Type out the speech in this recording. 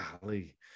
Golly